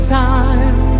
time